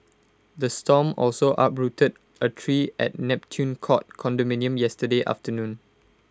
the storm also uprooted A tree at Neptune court condominium yesterday afternoon